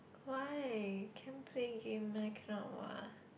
why can play game meh cannot what